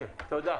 תודה.